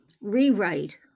rewrite